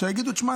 יגידו: שמע,